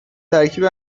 ترکیب